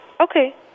Okay